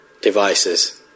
devices